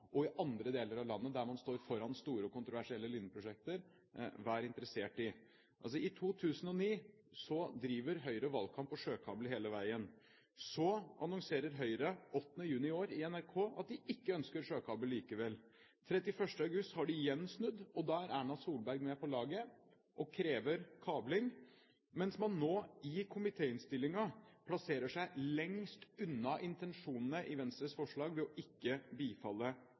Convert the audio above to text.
og i andre deler av landet der man står foran store kontroversielle linjeprosjekter, være interessert i. I 2009 driver Høyre valgkamp på sjøkabel hele veien. Så annonserer Høyre den 8. juni i år i NRK at de ikke ønsker sjøkabel likevel. Den 31. august har de igjen snudd, og da er Erna Solberg med på laget og krever kabling, mens man nå, i komitéinnstillingen, plasserer seg lengst unna intensjonene i Venstres forslag ved ikke å bifalle